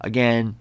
Again